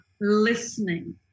listening